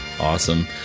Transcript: Awesome